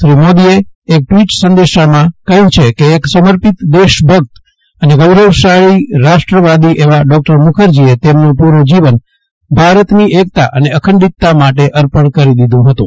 શ્રી મોદીએ એક ટ્વીટ સંદેશામાં કહ્યું છે કે એક સમર્પિત દેશ ભક્ત અને ગૌરવશાળી રાષ્ટ્રવાદી એવા ડોકટર મુખર્જીએ તેમનું પૂરૂં જીવન ભારતની એકતા અને અખંડિતતા માટે અર્પણ કરી દીધું હતું